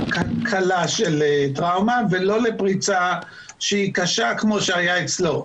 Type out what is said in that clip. קלה של טראומה ולא לפריצה שהיא קשה כמו שהיה אצלו.